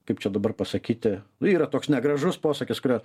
kaip čia dabar pasakyti yra toks negražus posakis kurio